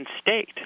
state